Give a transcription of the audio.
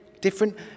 different